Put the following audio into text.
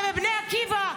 ובבני עקיבא,